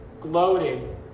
Gloating